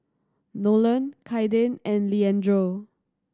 Nolan Kaiden and Leandro